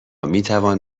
میتوان